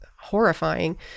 horrifying